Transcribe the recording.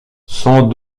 sans